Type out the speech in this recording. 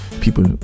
people